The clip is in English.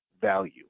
value